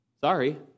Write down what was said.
sorry